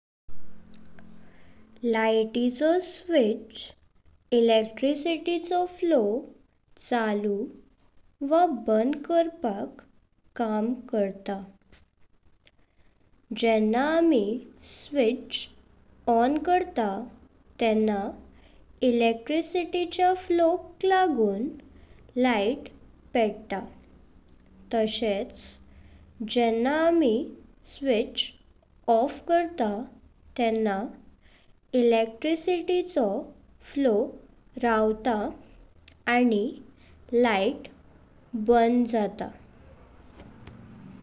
लाइटिचो switch इलेक्ट्रिसिटीचो flow चालू वा बंद करपाक काम करता। जेंव्हा आमी स्विच ऑन करता तेव्हा इलेक्ट्रिसिटी चा फ्लो'क लागून लाइट पेटता तशेच जेंव्हा आमी स्विच ऑफ करता। तेव्हा इलेक्ट्रिसिटीचो फ्लो रावता आणि लाइट बंद जाता।